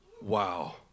wow